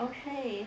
Okay